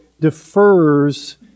defers